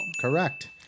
Correct